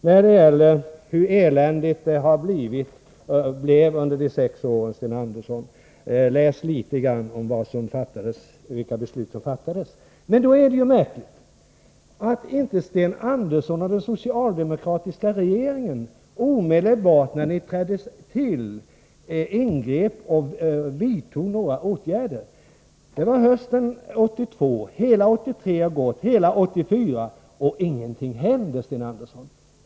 När det gäller hur eländigt det blev under de sex åren vill jag säga: Läs på litet grand om vilka beslut som fattades, Sten Andersson! Nog är det märkligt att Sten Andersson och den socialdemokratiska regeringen inte omedelbart när de tillträdde ingrep och vidtog några åtgärder. Det var på hösten 1982. Hela 1983 har gått, och halva 1984 — och ingenting händer.